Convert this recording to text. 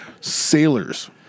sailors